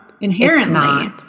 inherently